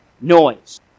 noise